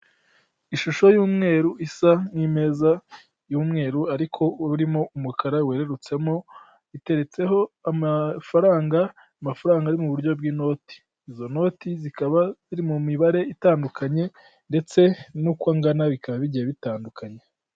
Ishusho y'umweru isa nk'imeza y'umweru ariko urimo umukara werutsemo, iteretseho amafaranga, amafaranga ari mu buryo bw'intoti, izo ntoti zikaba ziri mu mibare itandukanye ndetse n'uko angana bikaba bigiye bitandukanye.